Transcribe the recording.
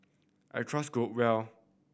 I trust Growell